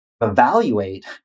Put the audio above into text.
evaluate